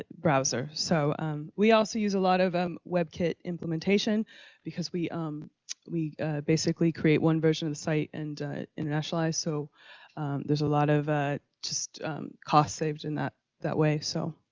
browsers. so we also use a lot of um webkit implementation because we um we basically create one version of the site and internationalize so there's a lot of just cost saved in that that way, so.